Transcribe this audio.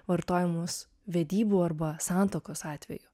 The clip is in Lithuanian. vartojamus vedybų arba santuokos atveju